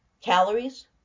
calories